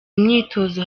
imyitozo